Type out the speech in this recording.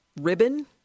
ribbon